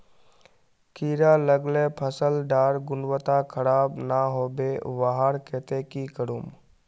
कीड़ा लगाले फसल डार गुणवत्ता खराब ना होबे वहार केते की करूम?